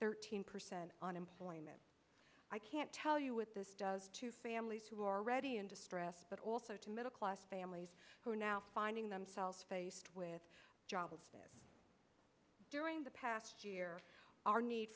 thirteen percent unemployment i can't tell you what this does to families who are already in distress but also to middle class families who are now finding themselves faced with joblessness during the past year our need